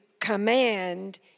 command